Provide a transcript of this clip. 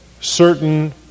certain